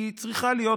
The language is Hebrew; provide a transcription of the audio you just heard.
היא צריכה להיות